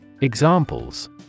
Examples